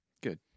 Good